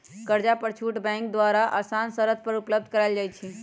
कर्जा पर छुट बैंक द्वारा असान शरत पर उपलब्ध करायल जाइ छइ